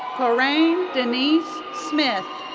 ko'reyen denise smith.